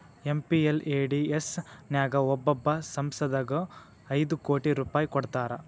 MPLADS ನ್ಯಾಗ ಒಬ್ಬೊಬ್ಬ ಸಂಸದಗು ಐದು ಕೋಟಿ ರೂಪಾಯ್ ಕೊಡ್ತಾರಾ